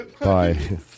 Bye